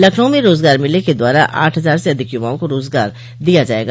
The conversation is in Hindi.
लखनऊ में रोजगार मेले के द्वारा आठ हजार से अधिक य्वाओं को रोजगार दिया जायेगा